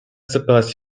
suppose